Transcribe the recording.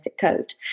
code